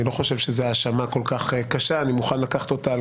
אני לא חושב שמדובר בהאשמה קשה ואני מוכן לקחת אותה על